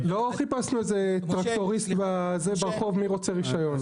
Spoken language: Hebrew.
לא חיפשנו ברחוב מי רוצה רישיון.